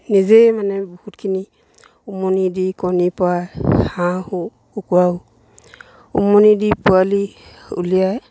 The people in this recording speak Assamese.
নিজেই মানে বহুতখিনি উমনি দি কণী পৰাই হাঁহো কুকুৰাও উমনি দি পোৱালি উলিয়াই